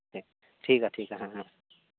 ᱦᱮᱸ ᱴᱷᱤᱠᱟ ᱴᱷᱤᱠᱟ ᱦᱮᱸ ᱦᱮᱸ ᱦᱮᱸ